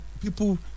people